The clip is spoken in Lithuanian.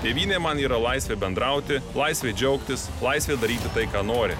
tėvynė man yra laisvė bendrauti laisvė džiaugtis laisvė daryti tai ką nori